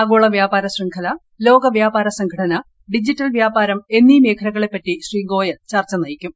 ആഗോള വ്യാപാര ശൃംഖല ലോക വ്യാപാര സംഘടന ഡിജിറ്റൽ വ്യാപാരം എന്നീ മേഖലകളെപ്പറ്റി ശ്രീ ഗോയൽ ചർച്ച നയിക്കും